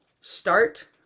start